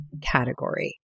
category